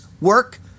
work